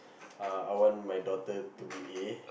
uh I want my daughter to be A